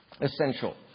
Essential